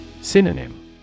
Synonym